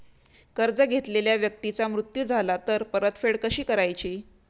कर्ज घेतलेल्या व्यक्तीचा मृत्यू झाला तर परतफेड कशी करायची?